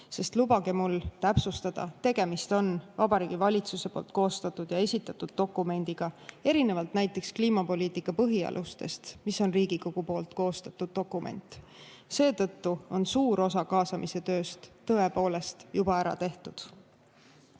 sest lubage mul täpsustada, tegemist on Vabariigi Valitsuse koostatud ja esitatud dokumendiga, erinevalt näiteks kliimapoliitika põhialustest, mis on Riigikogu koostatud dokument. Seetõttu on suur osa kaasamise tööst tõepoolest juba ära tehtud.